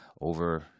over